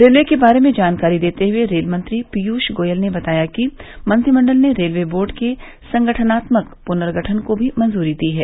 railway के बारे में जानकारी देते हुए रेल मंत्री पीयूष गोयल ने बताया कि मंत्रिमंडल ने रेलवे बोर्ड के संगठनात्मक पुनर्गठन को मंजूरी दी है